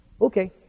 Okay